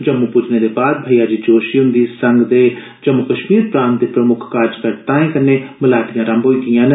जम्म् प्ज्जने दे बाद भैया जी जोशी हन्दी संघ दी जम्म् कश्मीर प्रांत दे प्रमुक्ख कार्जकर्ताएं कन्नै मलाटियां रम्भ होई गेड़या न